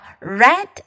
Red